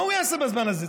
מה הוא יעשה בזמן הזה?